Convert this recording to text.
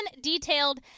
detailed